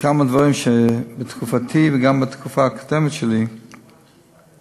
כמה דברים שבתקופתי וגם בתקופה הקודמת שלי תיקנתי.